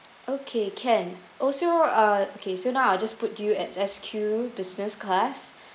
okay can also uh okay so now I just put you at S Q business class